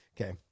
Okay